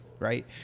right